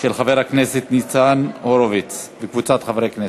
של חבר הכנסת ניצן הורוביץ וקבוצת חברי הכנסת.